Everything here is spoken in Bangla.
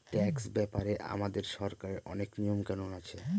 ট্যাক্স ব্যাপারে আমাদের সরকারের অনেক নিয়ম কানুন আছে